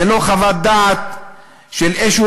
זו לא חוות דעת של איזשהו